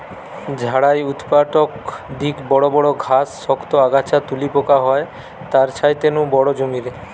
ঝাড়াই উৎপাটক দিকি বড় বড় ঘাস, শক্ত আগাছা তুলি পোকা হয় তার ছাইতে নু বড় জমিরে